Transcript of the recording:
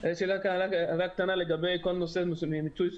יש לי הערה קטנה לגבי נושא מיצוי הזכויות.